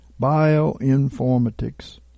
bioinformatics